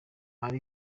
ari